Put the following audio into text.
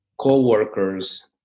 co-workers